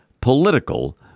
political